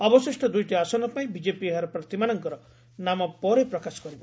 ଅବଶିଷ୍ଟ ଦୁଇଟି ଆସନ ପାଇଁ ବିଜେପି ଏହାର ପ୍ରାର୍ଥୀମାନଙ୍କର ନାମ ପରେ ପ୍ରକାଶ କରିବ